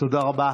תודה רבה.